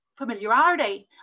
familiarity